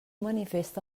manifesta